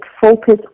focus